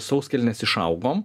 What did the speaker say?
sauskelnes išaugom